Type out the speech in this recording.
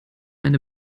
eine